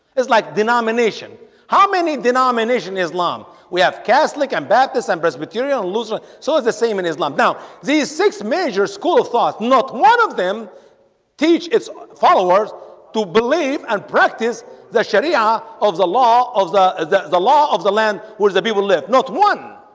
it's like denomination how many denomination islam we have catholic and baptists and presbyterians loser? so it's the same in islam now these six major school of thoughts not one of them teach its followers to believe and practice the sharia of the law of the the the law of the land which the people live not one.